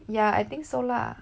yeah I think so lah